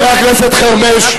חבר הכנסת חרמש.